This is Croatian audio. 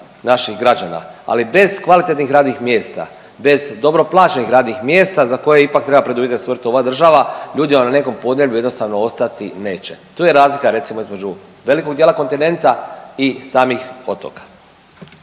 naših građana, ali bez kvalitetnih radnih mjesta, bez dobro plaćenih radnih mjesta za koje ipak treba …/Govornik se ne razumije./… ova država ljudi vam na nekom podneblju jednostavno ostati neće. Tu je razlika recimo između velikog dijela kontinenta i samih otoka.